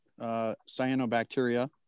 cyanobacteria